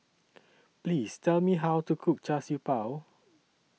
Please Tell Me How to Cook Char Siew Bao